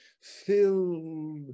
filled